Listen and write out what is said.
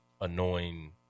annoying